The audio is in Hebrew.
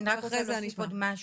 אני רק רוצה להגיד משהו,